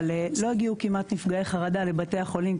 אבל לא הגיעו כמעט נפגעי חרדה לבתי החולים,